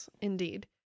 indeed